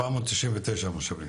499 מושבים.